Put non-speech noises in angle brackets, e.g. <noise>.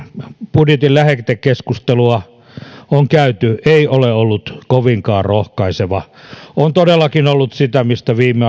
budjetin lähetekeskustelua on käyty ei ole ollut kovinkaan rohkaiseva on todellakin ollut sitä mistä viime <unintelligible>